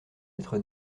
être